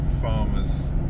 farmers